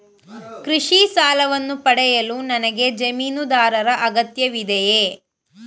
ಕೃಷಿ ಸಾಲವನ್ನು ಪಡೆಯಲು ನನಗೆ ಜಮೀನುದಾರರ ಅಗತ್ಯವಿದೆಯೇ?